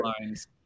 lines